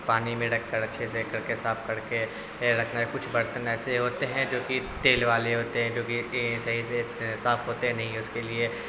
پانی میں رکھ کر اچھے سے کر کے صاف کر کے رکھنا کچھ برتن ایسے ہوتے ہیں جو کہ تیل والے ہوتے ہیں جو کہ صحیح سے صاف ہوتے نہیں اس کے لیے